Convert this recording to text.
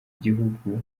gihugu